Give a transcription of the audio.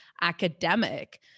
academic